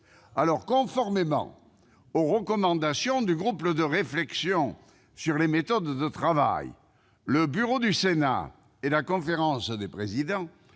fou ! Conformément aux recommandations du groupe de réflexion sur les méthodes de travail, le bureau du Sénat et la conférence des présidents